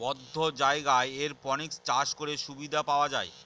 বদ্ধ জায়গায় এরপনিক্স চাষ করে সুবিধা পাওয়া যায়